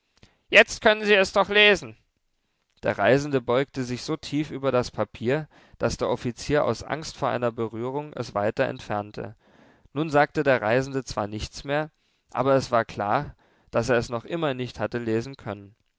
jetzt können sie es doch lesen der reisende beugte sich so tief über das papier daß der offizier aus angst vor einer berührung es weiter entfernte nun sagte der reisende zwar nichts mehr aber es war klar daß er es noch immer nicht hatte lesen können